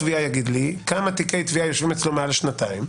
נציג התביעה יגיד לי כמה תיקי תביעה יושבים אצלו מעל שנתיים,